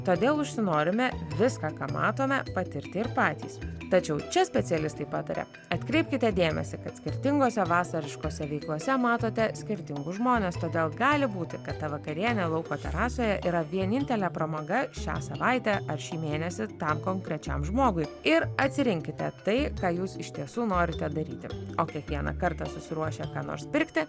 todėl užsinorime viską ką matome patirti ir patys tačiau čia specialistai pataria atkreipkite dėmesį kad skirtingose vasariškose veiklose matote skirtingus žmones todėl gali būti kad ta vakarienė lauko terasoje yra vienintelė pramoga šią savaitę ar šį mėnesį tam konkrečiam žmogui ir atsirinkite tai ką jūs iš tiesų norite daryti o kiekvieną kartą susiruošę ką nors pirkti